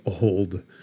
old